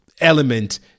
element